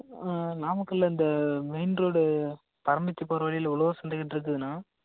நாமக்கலில் இந்த மெயின்ரோடு பரமத்தி போகற வழியில உழவர் சந்தை கிட்ட இருக்குதுண்ணா